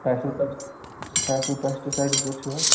Faisal paste فیصل پیسٹہٕ پیٚٹھ چھُو حظ